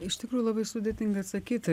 iš tikrųjų labai sudėtinga atsakyti